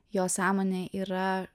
jo sąmonė yra